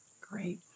Great